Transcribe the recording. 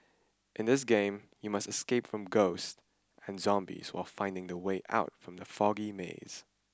in this game you must escape from ghosts and zombies while finding the way out from the foggy maze